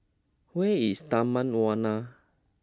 where is Taman Warna